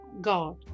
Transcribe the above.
God